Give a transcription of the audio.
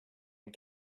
and